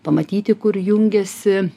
pamatyti kur jungiasi